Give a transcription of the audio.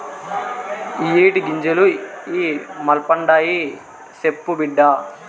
ఇయ్యే టీ గింజలు ఇ మల్పండాయి, సెప్పు బిడ్డా